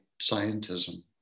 scientism